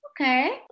Okay